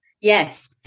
yes